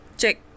Check